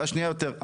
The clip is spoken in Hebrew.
השנייה יותר.